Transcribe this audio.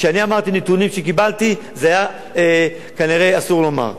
כשאני אמרתי נתונים שקיבלתי, היה כנראה אסור לומר.